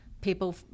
people